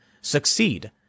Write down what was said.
succeed